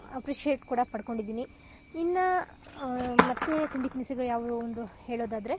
appreciate ಕೂಡ ಪಡ್ಕೊಂಡಿದ್ದೀನಿ ಇನ್ನು ಮತ್ತೆ ತಿಂಡಿ ತಿನಿಸುಗಳು ಯಾವ್ಯಾವ ಒಂದು ಹೇಳೋದಾದರೆ